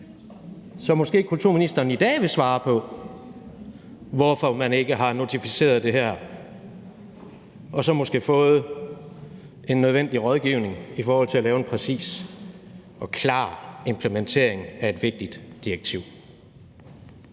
men måske vil kulturministeren i dag svare på, hvorfor man ikke har notificeret det og så måske havde fået en nødvendig rådgivning i forhold til at lave en præcis og klar implementering af et vigtigt direktiv.